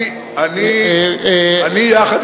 אני אענה